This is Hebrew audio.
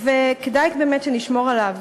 וכדאי באמת שנשמור עליו.